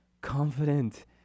confident